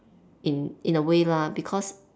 in in a way lah because